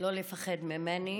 לא לפחד ממני,